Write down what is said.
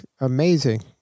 Amazing